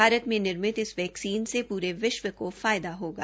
भारत में निर्मित इस वैक्सीन से पूरे विश्व को फायदा होगा